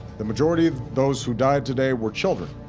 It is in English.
the majority of those who died today were children,